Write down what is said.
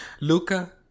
Luca